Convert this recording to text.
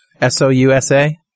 S-O-U-S-A